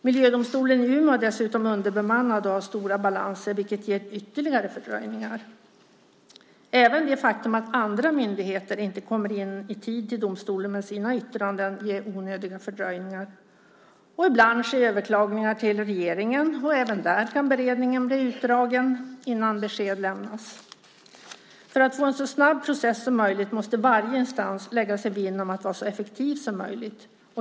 Miljödomstolen i Umeå är underbemannad och har stora balanser, vilket ger ytterligare fördröjningar. Även det faktum att andra myndigheter inte kommer in i tid med sina yttranden till domstolen ger onödiga fördröjningar. Ibland sker överklaganden till regeringen, och även där kan beredningen bli utdragen innan besked lämnas. För att få en så snabb process som möjligt måste varje instans lägga sig vinn om att vara så effektiv som möjligt.